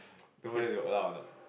don't know whether they will allow or not